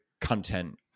content